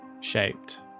Shaped